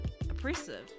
oppressive